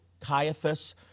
Caiaphas